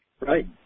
Right